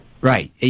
Right